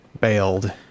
bailed